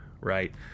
right